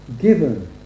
given